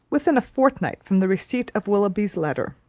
within a fortnight from the receipt of willoughby's letter,